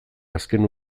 azken